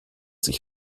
sich